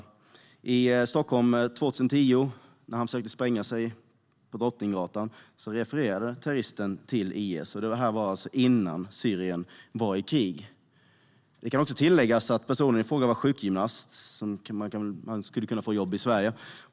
Vid sprängdådet på Drottninggatan i Stockholm 2010 refererade terroristen till IS, och detta var alltså innan kriget i Syrien. Det kan också tilläggas att personen i fråga var sjukgymnast. Man önskar att han hade kunnat få jobb i Sverige.